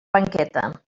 banqueta